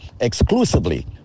exclusively